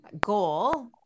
goal